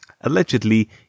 Allegedly